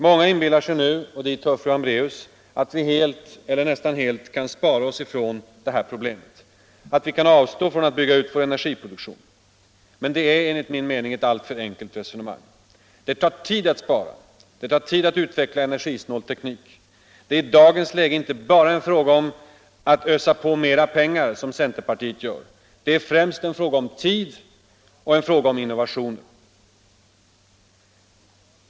Många — och dit hör fru Hambraeus — inbillar sig att vi helt eller nästan helt kan bespara oss hela problemet, att vi kan avstå från att bygga ut vår energiproduktion. Men det är enligt min mening ett alltför enkelt resonemang. Det tar tid att spara. Det tar tid att utveckla energisnål teknik. Det är i dagens läge inte bara en fråga om att ösa på mera pengar, som centerpartiet vill göra. Det är främst en fråga om tid och en fråga om innovationer.